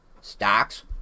Stocks